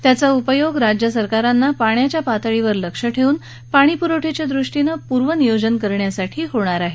त्याचा उपयोग राज्य सरकारांना पाण्याच्या पातळीवर लक्ष ठेवून पाणी पुरवठ्याच्या दृष्टीने पूर्व नियोजन करण्यासाठी होणार आहे